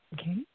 Okay